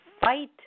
fight